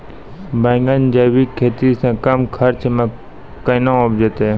बैंगन जैविक खेती से कम खर्च मे कैना उपजते?